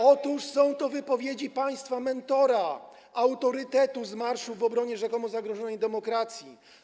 Otóż są to wypowiedzi państwa mentora, autorytetu z marszu w obronie rzekomo zagrożonej demokracji.